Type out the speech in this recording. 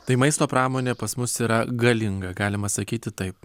tai maisto pramonė pas mus yra galinga galima sakyti taip